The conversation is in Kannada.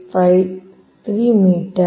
353 ಮೀಟರ್